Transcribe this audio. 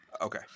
Okay